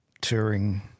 Touring